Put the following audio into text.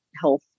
health